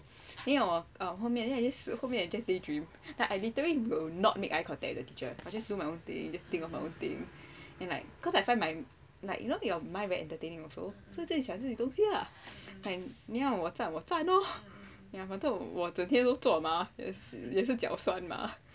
因为我 err 后面 then I just 后面 then I just daydream like I literally will not make eye contact with the teacher I just do my own thing just think my own thing then like cause I find my like you know your mind very entertaining also so 在想别的东西 lah then 你要我站我站 lor ya but 这种我整天都做 mah 只是脚酸 mah